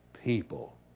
people